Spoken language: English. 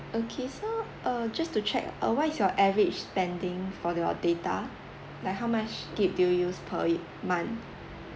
okay so err just to check uh what is your average spending for your data like how much gig~ do you use per ye~ month